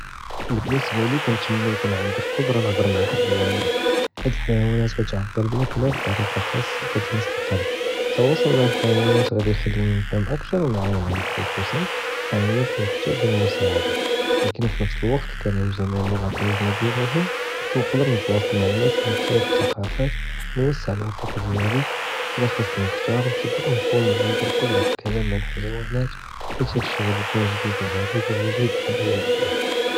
באלנسبة ליא כנתמנה יכון ענדי אלכודרה נהדר מעא אלח'יואנות, חית אלח'יואנות כתעבר בלאכלם בטאריקה חאסה וכתמס אללבב, אלתוואסול מעא אלח'יואנות ג'אדי יחליני נהתף אכתר ו נעאונهم חוסוסן אלח'יואנות לי מחתאג'ה אלמסאעדה, ולקין פנפס אלוואקט אלכלם זי אללוגאת אלאג'נביה מוחם נוקדר נתוואסל מעא נאס מן מוכתלף אלתרקافات, נוואסע אלאופק דיאלי, אידה חסני נחתאר נפע'ל תכון ענדי אלכודרה עלא אלכלם מעא אלח'יואנות חית הדא שי ג'אדי יכון ג'דיד וגריב ועג'יב פלחאיה.